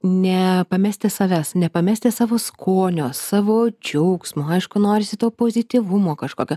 nepamesti savęs nepamesti savo skonio savo džiaugsmo aišku norisi to pozityvumo kažkokio